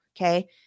okay